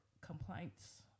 complaints